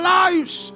lives